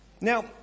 Now